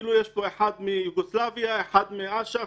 כאילו יש פה אחד מיוגוסלביה אחד מאש"ף.